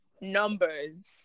numbers